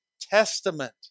testament